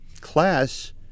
class